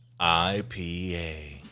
IPA